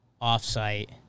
off-site